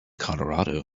colorado